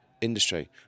industry